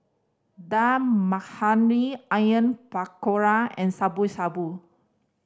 Dal Makhani Onion Pakora and Shabu Shabu